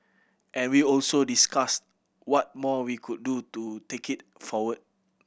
and we also discussed what more we could do to take it forward